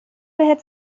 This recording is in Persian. بهت